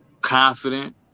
Confident